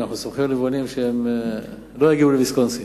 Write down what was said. אנחנו סומכים על היבואנים שהם לא יגיעו ל"ויסקונסין".